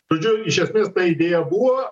žodžiu iš esmės ta idėja buvo